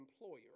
employer